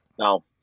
No